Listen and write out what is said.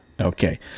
Okay